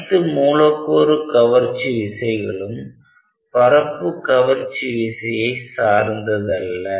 அனைத்து மூலக்கூறு கவர்ச்சி விசைகளும் பரப்புக் கவர்ச்சி விசையை சார்ந்ததல்ல